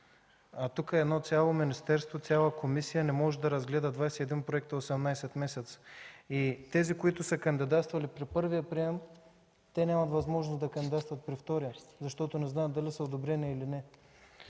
Тук едно цяло министерство, цяла комисия не може да разгледа 21 проекта за 18 месеца. Тези, които са кандидатствали при първия прием, нямат възможност да кандидатстват при втория, защото не знаят дали са одобрени, или не.